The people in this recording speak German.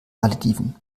malediven